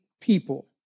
people